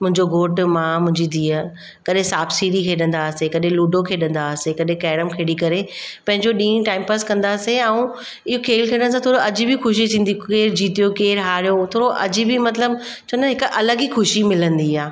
मुंहिंजो घोठु मां मुंहिंजी धीअ करे सांपसीढ़ी खेॾंदा हुआसीं कॾहिं लूडो खेॾंदा हुआसीं कॾहिं कैरम खेॾी करे पंहिंजो ॾींहुं टाइमपास कंदासीं ऐं ई खेलु खेॾण सां थोरो अजीब ई ख़ुशी थींदी केरु जीतियो केरु हारियो थोरो अजीब ई मतिलबु चवंदा आहिनि हिकु अलॻि ई ख़ुशी मिलंदी आहे